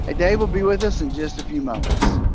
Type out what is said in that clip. ah dave will be with us in just a few moments.